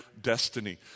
destiny